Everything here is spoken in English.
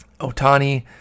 Otani